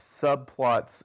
subplots